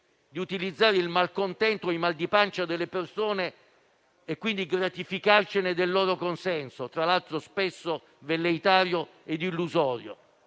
di utilizzare il malcontento e il mal di pancia delle persone e quindi per gratificarci del loro consenso, tra l'altro spesso velleitario e illusorio.